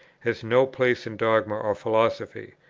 has no place in dogma or philosophy.